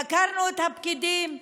חקרנו את הפקידים,